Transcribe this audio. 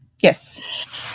Yes